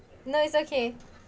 no it's okay